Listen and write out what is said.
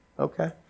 Okay